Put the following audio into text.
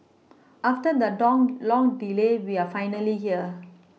after the long delay we are finally here